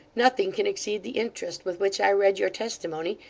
nothing can exceed the interest with which i read your testimony,